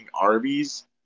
Arby's